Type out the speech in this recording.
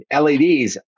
LEDs